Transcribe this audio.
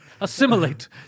Assimilate